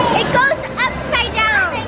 it goes upside down.